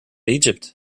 egypt